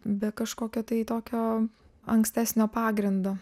be kažkokio tai tokio ankstesnio pagrindo